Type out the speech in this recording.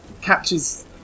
catches